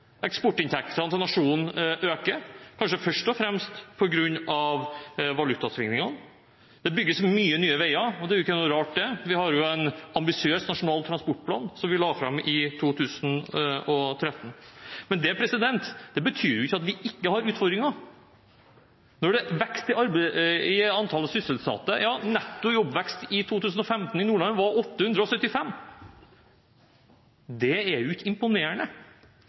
Eksportinntektene til nasjonen øker, kanskje først og fremst på grunn av valutasvingningene. Det bygges mange nye veier, og det er ikke rart – vi har en ambisiøs Nasjonal transportplan, som vi la fram i 2013. Men det betyr ikke at vi ikke har utfordringer. Det er vekst i antall sysselsatte – netto jobbvekst i 2015 i Nordland var 875. Det er ikke imponerende,